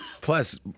Plus